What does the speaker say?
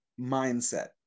mindset